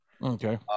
Okay